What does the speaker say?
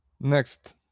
next